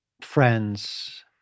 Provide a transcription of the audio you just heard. friends